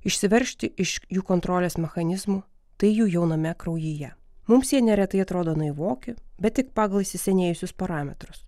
išsiveržti iš jų kontrolės mechanizmų tai jų jauname kraujyje mums jie neretai atrodo naivoki bet tik pagal įsisenėjusius parametrus